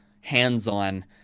hands-on